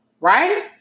Right